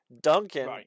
Duncan